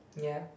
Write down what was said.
ya